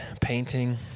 painting